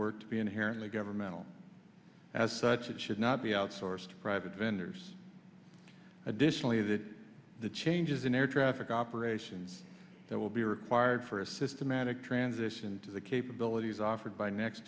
work to be inherently governmental as such it should not be outsourced to private vendors additionally that the changes in air traffic operations that will be required for a systematic transition to the capabilities offered by next